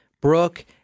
Brooke